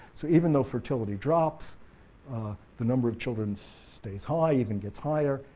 so even though fertility drops the number of children stays high, even gets higher,